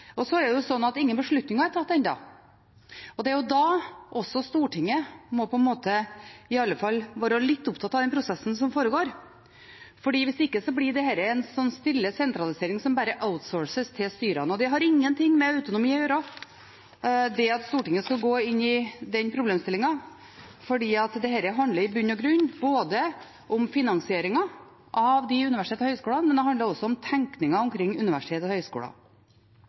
Ingen beslutninger er tatt ennå, og da må jo Stortinget i alle fall være litt opptatt av den prosessen som foregår. Hvis ikke blir dette en stille sentralisering som bare outsources til styrene. Det at Stortinget skal gå inn i den problemstillingen, har ingenting med autonomi å gjøre, for dette handler i bunn og grunn både om finansieringen av de universitetene og høyskolene og om tenkningen omkring universitet og høyskoler.